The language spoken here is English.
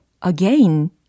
again